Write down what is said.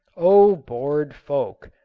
oh, bored folk,